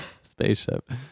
spaceship